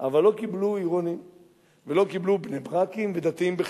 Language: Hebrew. אבל לא קיבלו עירוניים ולא קיבלו בני-ברקים ודתיים בכלל.